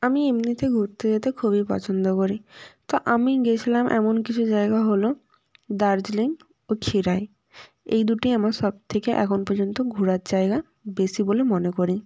আমি এমনিতে ঘুত্তে যেতে খুবই পছন্দ করি তো আমি গেছিলাম এমন কিছু জায়গা হলো দার্জিলিং ও ক্ষীরাই এই দুটি আমার সব থেকে এখন পর্যন্ত ঘোরার জায়গা বেশি বলে মনে করি